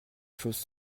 choses